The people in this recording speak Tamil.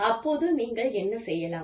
அப்போது நீங்கள் என்ன செய்யலாம்